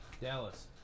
Dallas